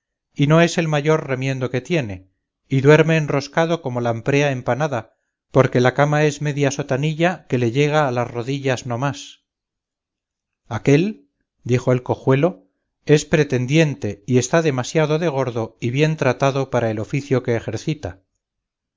y no es el mayor remiendo que tiene y duerme enroscado como lamprea empanada porque la cama es media sotanilla que le llega a las rodillas no más aquél dijo el cojuelo es pretendiente y está demasiado de gordo y bien tratado para el oficio que ejercita